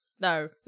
No